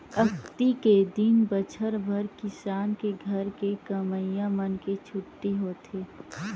अक्ती के दिन बछर भर किसान के घर के कमइया मन के छुट्टी होथे